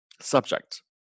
subject